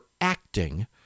acting